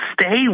stay